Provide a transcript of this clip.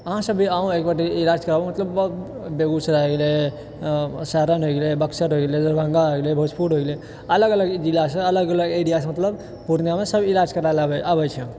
अहाँ सब भी आउ एकबार इलाज कराबु मतलब जब बेगुसराय होलै सारण होय गेलै बक्सर होइ गेलै दरभङ्गा होए गेलै भोजपुर होय गेलै अलग अलग जिलासँ अलग अलग एरियासँ मतलब पुर्णियामे सब इलाज कराबै लऽ आबै छै